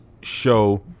show